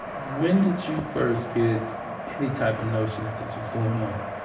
when did you first get any type of notion that this was going on?